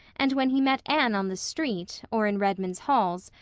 and when he met anne on the street, or in redmond's halls,